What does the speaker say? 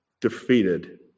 defeated